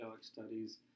studies